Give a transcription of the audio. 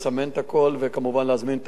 וכמובן להזמין את טכנאי המז"פ,